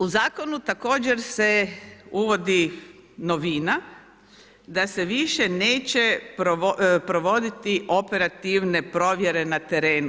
U zakonu također se uvodi novina da se više neće provoditi operativne provjere na terenu.